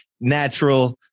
natural